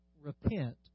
repent